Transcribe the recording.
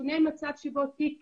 שונה מצב שבו תיק